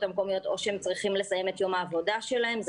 המקומיות או שהם צריכים לסיים את יום העבודה שלהם.